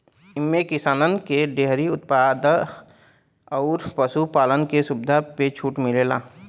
एम्मे किसानन के डेअरी उत्पाद अउर पशु पालन के सुविधा पे छूट मिलेला